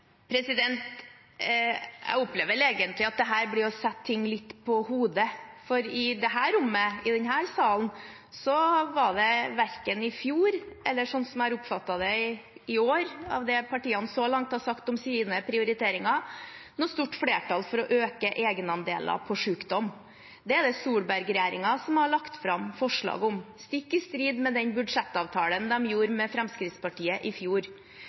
Jeg opplever at dette blir å sette ting litt på hodet, for i denne salen var det verken i fjor eller i år noe stort flertall for å øke egenandelene for sykdom, slik jeg har oppfattet det av det partiene så langt har sagt om sine prioriteringer. Det er det Solberg-regjeringen som har lagt fram forslag om, stikk i strid med den budsjettavtalen de gjorde med Fremskrittspartiet i fjor.